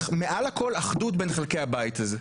מעל הכול אחדות בין חלקי הבית הזה.